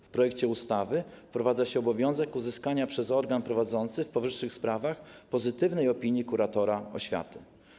W projekcie ustawy wprowadza się obowiązek uzyskania przez organ prowadzący w powyższych sprawach pozytywnej opinii kuratora oświaty.